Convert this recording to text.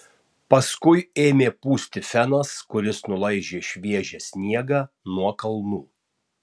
paskui ėmė pūsti fenas kuris nulaižė šviežią sniegą nuo kalnų